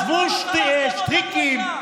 עזבו טריקים.